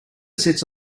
sits